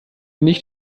nicht